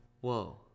Whoa